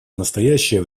настоящее